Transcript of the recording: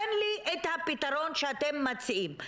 תן לי את הפתרון שאתם מציעים.